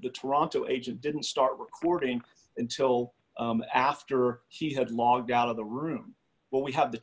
the toronto agent didn't start recording until after she had logged out of the room but we have the